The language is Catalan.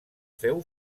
féu